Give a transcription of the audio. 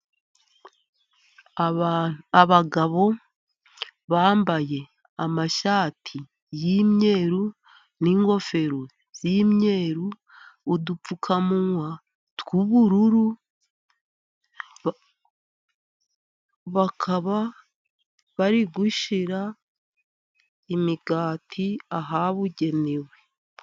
Abagabo bambaye amashati y'imyeru, n'ingofero z'imyeru udupfukamunwa tw'ubururu, bakaba bari gushyira imigati ahabugenewe.